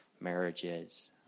marriages